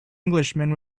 englishman